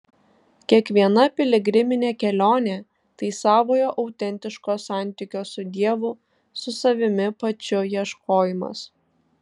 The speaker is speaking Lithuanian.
kiekviena piligriminė kelionė tai savojo autentiško santykio su dievu su savimi pačiu ieškojimas